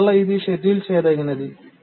అందువల్ల ఇది షెడ్యూల్ చేయదగినది